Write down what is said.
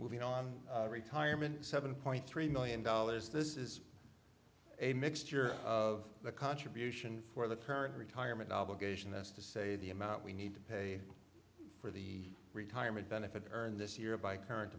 on retirement seven point three million dollars this is a mixture of the contribution for the current retirement obligation that's to say the amount we need to pay for the retirement benefits earned this year by current